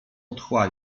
otchła